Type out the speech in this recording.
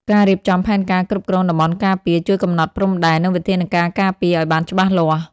ការរៀបចំផែនការគ្រប់គ្រងតំបន់ការពារ ជួយកំណត់ព្រំដែន និងវិធានការការពារឱ្យបានច្បាស់លាស់។